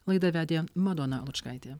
laidą vedė madona lučkaitė